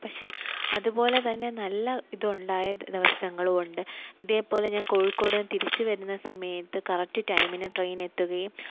പക്ഷേ അതുപോലെ തന്നെ നല്ല ഇതുണ്ടായ ദിവസങ്ങളുമുണ്ട് ഇതേപോലെ ഞാൻ കോഴിക്കോട് നിന്ന് തിരിച്ചുവരുന്ന സമയത്ത് കറക്റ്റ് ടൈമിന് ട്രെയിൻ എത്തുകയും